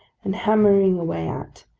and hammering away at,